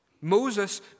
Moses